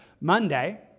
Monday